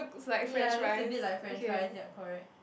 ya looks a bit like french fries yep correct